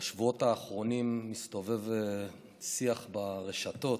בשבועות האחרונים מסתובב שיח ברשתות,